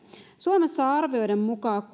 suomessa on arvioiden mukaan